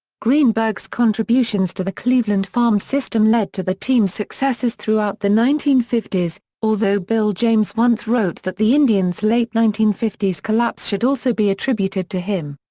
greenberg's contributions to the cleveland farm system led to the team's successes throughout the nineteen fifty s, although bill james once wrote that the indians' late nineteen fifty s collapse should also be attributed to him.